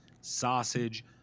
sausage